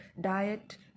diet